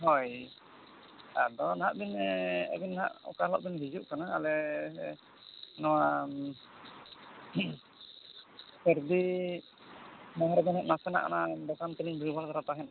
ᱦᱳᱭ ᱟᱫᱚ ᱱᱟᱦᱟᱜ ᱵᱤᱱ ᱟᱹᱵᱤᱱ ᱫᱚ ᱱᱟᱦᱟᱜ ᱚᱠᱟ ᱦᱤᱞᱳᱜ ᱵᱤᱱ ᱦᱤᱡᱩᱜ ᱠᱟᱱᱟ ᱟᱞᱮ ᱱᱚᱣᱟ ᱥᱟᱹᱨᱫᱤ ᱱᱟᱥᱮ ᱱᱟᱜ ᱚᱱᱟ ᱫᱳᱠᱟᱱ ᱛᱟᱹᱞᱤᱧ ᱵᱷᱤᱲ ᱫᱷᱟᱨᱟ ᱛᱟᱦᱮᱱᱟ